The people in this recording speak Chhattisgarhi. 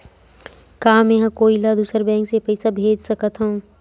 का मेंहा कोई ला दूसर बैंक से पैसा भेज सकथव?